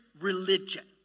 religion